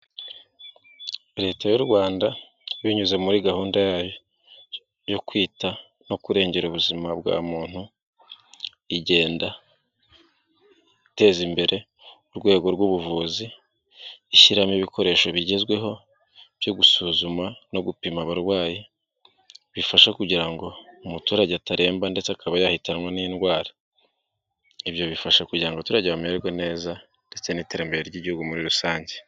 Leta y'u Rwanda binyuze muri gahunda yayo yo kwita no kurengera ubuzima bwa muntu, igenda iteza imbere urwego rw'ubuvuzi, ishyiramo ibikoresho bigezweho, byo gusuzuma no gupima abarwayi, bifasha kugira ngo umuturage ataremba ndetse akaba yahitanwe n'indwara. Ibyo bifasha kugira ngo abaturage bamererwe neza, ndetse n'iterambere ry'igihugu muri rusange.